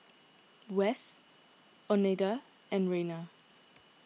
Wess oneida and Rayna